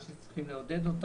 ושצריכים לעודד אותם.